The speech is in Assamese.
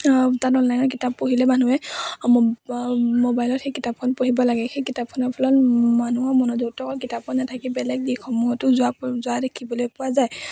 তাত অনলাইনৰ কিতাপ পঢ়িলে মানুহে মোবাইলত সেই কিতাপখন পঢ়িব লাগে সেই কিতাপখনৰ ফলত মানুহৰ মনোযোগটো অকল কিতাপত নাথাকি বেলেগ দিশসমূহতো যোৱা যোৱা দেখিবলৈ পোৱা যায়